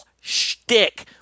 shtick